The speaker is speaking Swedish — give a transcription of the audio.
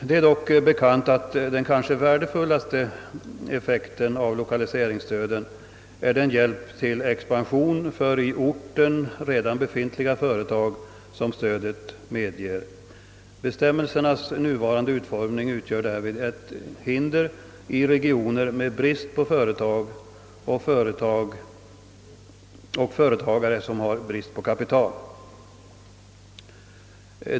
Det är dock bekant att den kanske värdefullaste effekten av lokaliseringsstödet är den hjälp till expansion för i orten redan befintliga företag som stödet medger. Bestämmelsernas nuvarande utformning utgör därvid ett hinder i regioner med brist på företag och med företagare som har brist på kapital.